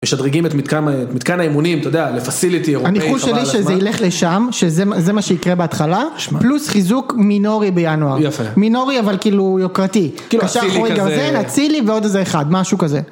משדרגים את מתקן האימונים, אתה יודע, לפסיליטי אירופאי חבל על הזמן. הניחוש שלי שזה ילך לשם, שזה מה שיקרה בהתחלה, פלוס חיזוק מינורי בינואר. יפה. מינורי, אבל כאילו יוקרתי. כאילו, קשר אחורי גרזן, אצילי ועוד איזה אחד, משהו כזה.